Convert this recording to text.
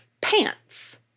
pants